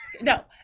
No